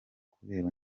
kubera